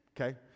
okay